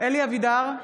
אלי אבידר,